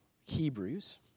Hebrews